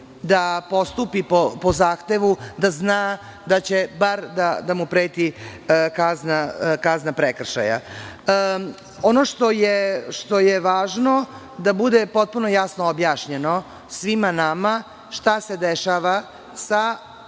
da postupi po zahtevu, da zna da će bar da mu preti kazna prekršaja. Ono što je važno da bude potpuno jasno objašnjeno svima nama šta se dešava sa